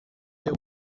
seu